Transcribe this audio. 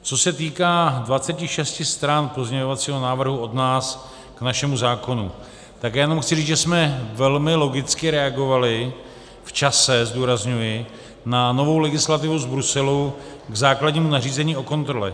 Co se týká 26 stran pozměňovacího návrhu od nás k našemu zákonu, tak já jenom chci říct, že jsme velmi logicky reagovali v čase, zdůrazňuji, na novou legislativu z Bruselu k základnímu nařízení o kontrole.